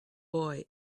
boy